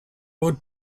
would